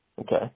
Okay